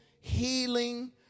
Healing